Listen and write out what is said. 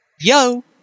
Yo